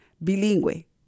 bilingüe